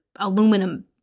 aluminum